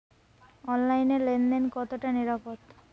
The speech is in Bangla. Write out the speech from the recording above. অনলাইনে লেন দেন কতটা নিরাপদ?